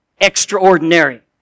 extraordinary